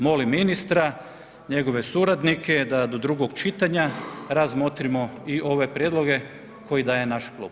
Molim ministra, njegove suradnike da do drugog čitanja razmotrimo i ove prijedloge koji daje naš klub.